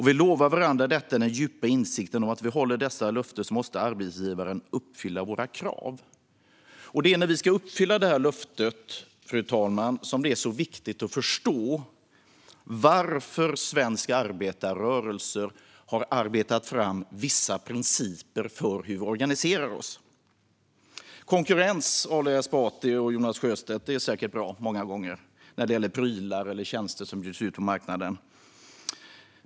Vi lovar varandra detta i den djupa insikten att om vi håller detta löfte måste arbetsgivaren uppfylla våra krav. Det är när vi ska uppfylla detta löfte, fru talman, som det är så viktigt att förstå varför svensk arbetarrörelse har arbetat fram vissa principer för hur vi organiserar oss. Konkurrens, Ali Esbati och Jonas Sjöstedt, är säkert bra många gånger när det gäller prylar eller tjänster som bjuds ut på marknaden.